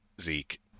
Zeke